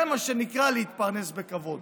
זה מה שנקרא להתפרנס בכבוד.